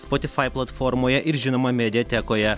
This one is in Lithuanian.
spotifai platformoje ir žinoma mediatekoje